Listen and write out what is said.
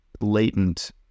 latent